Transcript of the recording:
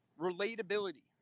relatability